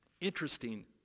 interesting